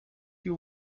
you